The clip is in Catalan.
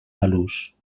talús